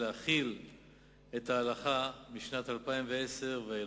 ולהחיל את ההלכה משנת 2010 ואילך.